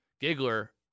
Giggler